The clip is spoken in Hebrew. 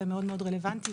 ומאוד רלבנטי,